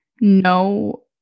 no